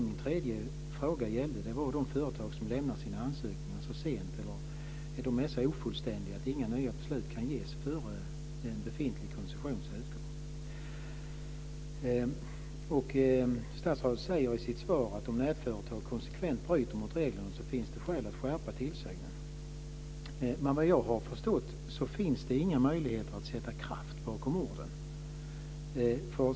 Min tredje fråga gällde de ansökningar från företag som lämnas in så sent eller som är så ofullständiga att inga nya beslut kan ges före en befintlig koncessions utgång. Statsrådet säger i sitt svar att om ett nätföretag konsekvent bryter mot reglerna finns det skäl att skärpa tillsynen. Men vad jag har förstått finns det inga möjligheter att sätta kraft bakom orden.